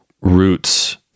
Roots